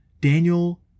Daniel